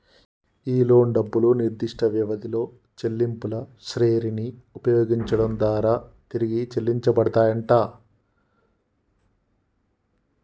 ఈ లోను డబ్బులు నిర్దిష్ట వ్యవధిలో చెల్లింపుల శ్రెరిని ఉపయోగించడం దారా తిరిగి చెల్లించబడతాయంట